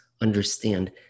understand